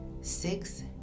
Six